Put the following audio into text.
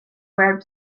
web